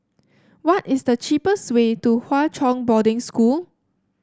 what is the cheapest way to Hwa Chong Boarding School